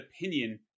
opinion